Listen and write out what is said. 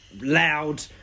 loud